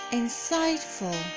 insightful